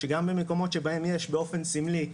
שגם במקומות שבהם יש באופן סמלי,